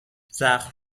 زخم